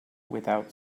without